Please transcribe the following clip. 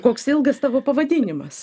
koks ilgas tavo pavadinimas